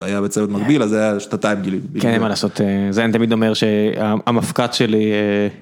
היה בצוות מגביל, אז זה היה שתתיים גילים. כן, מה לעשות, זה אני תמיד אומר שהמפקד שלי.